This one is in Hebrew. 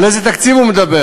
על איזה תקציב הוא מדבר?